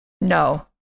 No